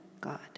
God